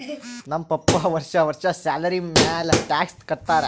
ನಮ್ ಪಪ್ಪಾ ವರ್ಷಾ ವರ್ಷಾ ಸ್ಯಾಲರಿ ಮ್ಯಾಲ ಟ್ಯಾಕ್ಸ್ ಕಟ್ಟತ್ತಾರ